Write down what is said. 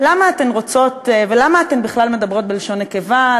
ולמה אתן בכלל מדברות בלשון נקבה?